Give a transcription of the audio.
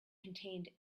contained